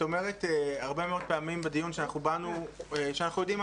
את אומרת הרבה מאוד פעמים בדיון שאנחנו יודעים מה